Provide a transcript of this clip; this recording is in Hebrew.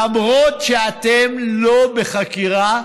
למרות שאתם לא בחקירה,